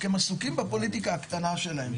הם עסוקים בפוליטיקה הקטנה שלהם,